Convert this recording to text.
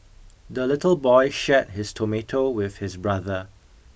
the little boy shared his tomato with his brother